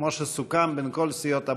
כמו שסוכם בין כל סיעות הבית,